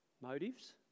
motives